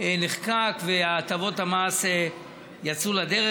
נחקק והטבות המס יצאו לדרך.